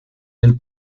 del